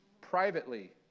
privately